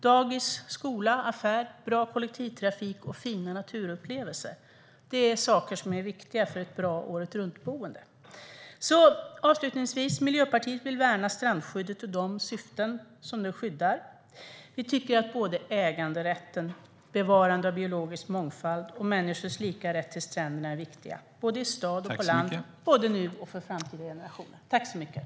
Dagis, skola, affär, bra kollektivtrafik och fina naturupplevelser är saker som är viktiga för ett bra åretruntboende. Miljöpartiet vill värna strandskyddet och de syften som det skyddar. Vi tycker att äganderätten, bevarande av biologisk mångfald och människors lika rätt till stränderna är viktiga både i staden och på landet, både nu och för framtida generationer.